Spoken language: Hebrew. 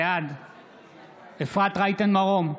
בעד אפרת רייטן מרום,